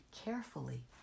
carefully